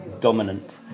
dominant